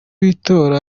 itora